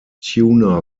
tuna